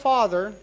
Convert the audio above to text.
Father